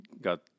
got